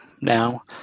now